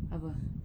apa